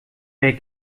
wer